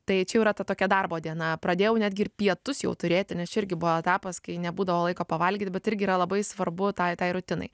tai čia jau yra ta tokia darbo diena pradėjau netgi ir pietus jau turėti nes čia irgi buvo etapas kai nebūdavo laiko pavalgyti bet irgi yra labai svarbu tai tai rutinai